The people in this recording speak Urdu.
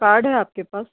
کارڈ ہے آپ کے پاس